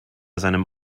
seinem